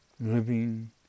living